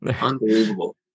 Unbelievable